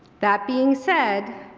that being said,